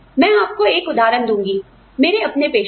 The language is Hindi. मैं आपको एक उदाहरण दूंगी मेरे अपने पेशे से